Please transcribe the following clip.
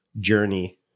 journey